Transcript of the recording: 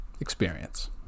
experience